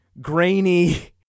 grainy